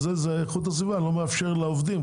הוא איכות הסביבה לא מאפשרים לעובדים.